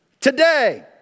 today